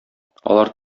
алар